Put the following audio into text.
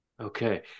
Okay